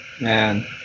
Man